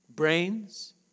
Brains